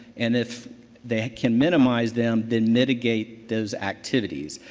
and if they can minimize them, then mitigate those activities.